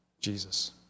Jesus